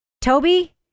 Toby